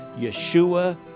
Yeshua